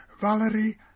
Valerie